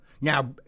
Now